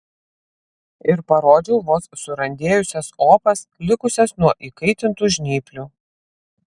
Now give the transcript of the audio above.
ir parodžiau vos surandėjusias opas likusias nuo įkaitintų žnyplių